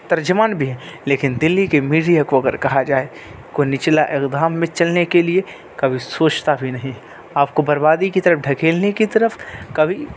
ترجمان بھی ہے لیکن دلی کے میڈیے کو اگر کہا جائے کوئی نچلا اقدام میں چلنے کے لیے کبھی سوچتا بھی نہیں آپ کو بربادی کی طرف ڈھکیلنے کی طرف کبھی